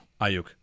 Ayuk